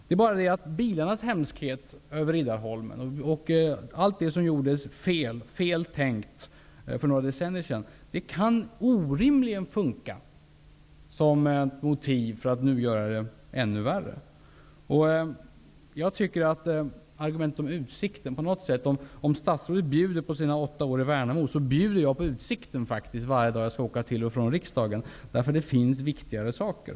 Det är bara det att de hemska bilarna på Riddarholmen och allt det som tänktes och gjordes fel för några decennier sedan orimligen kan fungera som motiv för att nu göra det hela ännu värre. Så till argumenten om utsikten. Om statsrådet ''bjuder'' på sina åtta år i Värnamo, bjuder jag på utsikten varje dag jag skall åka till och från riksdagen. Det finns ju viktigare saker.